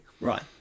Right